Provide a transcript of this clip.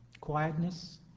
quietness